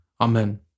Amen